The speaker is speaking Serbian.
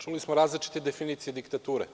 Čuli smo različite definicije diktature,